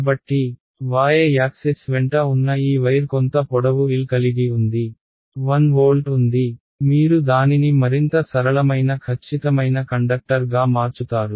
కాబట్టి y axis వెంట ఉన్న ఈ వైర్ కొంత పొడవు L కలిగి ఉంది 1 వోల్ట్ ఉంది మీరు దానిని మరింత సరళమైన ఖచ్చితమైన కండక్టర్గా మార్చుతారు